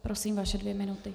Prosím, vaše dvě minuty.